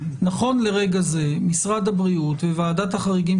נכון לרגע זה משרד הבריאות וועדת החריגים,